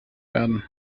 werden